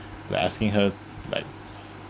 like asking her like